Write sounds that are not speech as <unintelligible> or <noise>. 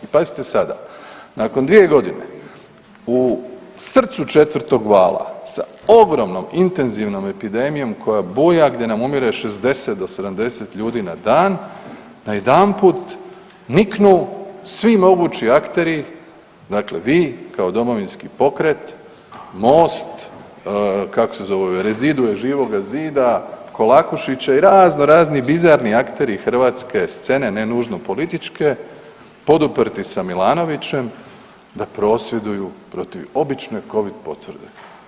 I pazite sada, nakon 2 godine u srcu 4. vala sa ogromnom intenzivnom epidemijom koja buja, gdje nam umire 60 do 70 ljudi na dan, najedanput niknu svi mogući akteri, dakle vi kao Domovinski pokret, Most, kako se zovu ovi, ... <unintelligible> Živoga zida, Kolakušića i razno raznih bizarni akteri hrvatske scene, ne nužno političke poduprti sa Milanovićem da prosvjeduju protiv obične Covid potvrde.